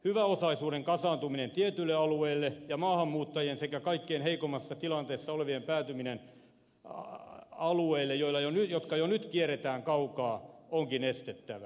hyväosaisuuden kasaantuminen tietyille alueille ja maahanmuuttajien sekä kaikkein heikoimmassa tilanteessa olevien päätyminen alueille jotka jo nyt kierretään kaukaa onkin estettävä